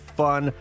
fun